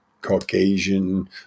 Caucasian